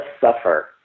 suffer